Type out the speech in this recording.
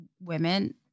women